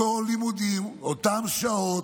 אותם לימודים, אותן שעות,